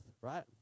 right